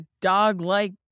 dog-like